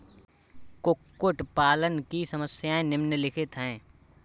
कुक्कुट पालन की समस्याएँ निम्नलिखित हैं